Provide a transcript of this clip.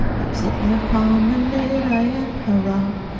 i'm sittin' upon the lid, i am, hurrah!